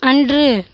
அன்று